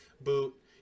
Boot